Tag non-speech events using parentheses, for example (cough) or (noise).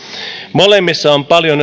molemmissa on paljon (unintelligible)